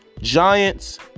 Giants